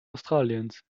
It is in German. australiens